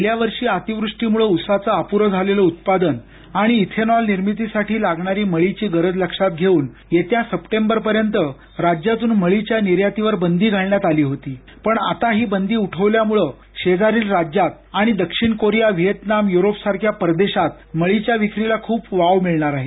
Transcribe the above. गेल्या वर्षी अतिवृष्टीमुळं उसाचं अप्रं झालेलं उत्पादन आणि इथेनॉल निर्मितीसाठी लागणारी मळी ची गरज लक्षात घेऊन येत्या सप्टेंबर पर्यंत राज्यातून मळीच्या निर्यातीवर बंदी घालण्यात आली होती पण आता ही बंदी उठवल्यामुळं शेजारील राज्यात आणि दक्षिण कोरिया व्हिएतनाम यूरोप सारख्या परदेशात मळीच्या विक्रीला खूप वाव मिळणार आहे